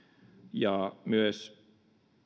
ja myös